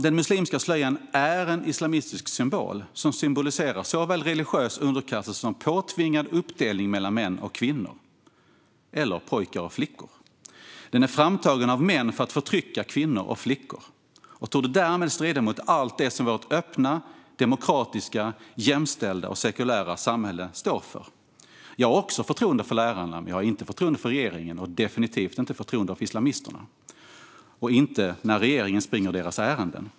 Den muslimska slöjan är en islamistisk symbol som symboliserar såväl religiös underkastelse som påtvingad uppdelning mellan män och kvinnor eller pojkar och flickor. Den är framtagen av män för att förtrycka kvinnor och flickor och torde därmed strida mot allt det som vårt öppna, demokratiska, jämställda och sekulära samhälle står för. Jag har också förtroende för lärarna. Men jag har inte förtroende för regeringen, och jag har definitivt inte förtroende för islamisterna, vars ärenden regeringen springer.